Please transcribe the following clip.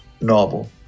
novel